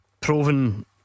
Proven